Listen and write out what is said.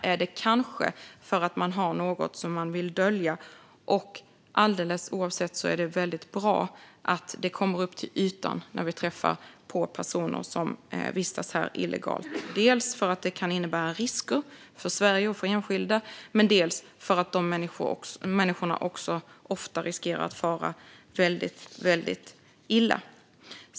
Är det kanske för att de har något att dölja? Alldeles oavsett är det bra när vi träffar på personer som vistas här illegalt, dels för att det kan innebära risker för Sverige och för enskilda, dels för att de människorna ofta riskerar att fara väldigt illa.